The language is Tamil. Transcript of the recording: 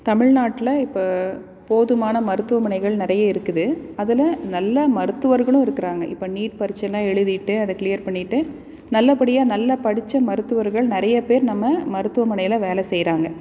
தமிழ்நாட்டில் இப்போ போதுமான மருத்துவமனைகள் நிறைய இருக்குது அதில் நல்ல மருத்துவர்களும் இருக்குறாங்க இப்போ நீட் பரீட்சைலாம் எழுதிட்டு அதை கிளியர் பண்ணிட்டு நல்லபடியாக நல்லா படிச்ச மருத்துவர்கள் நிறையா பேர் நம்ம மருத்துவமனையில் வேலை செய்கிறாங்க